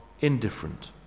indifferent